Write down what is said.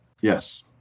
Yes